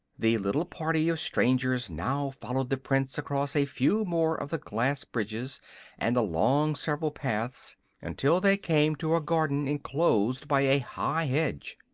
the little party of strangers now followed the prince across a few more of the glass bridges and along several paths until they came to a garden enclosed by a high hedge.